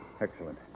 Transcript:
Excellent